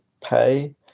pay